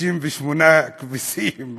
68 כבשים,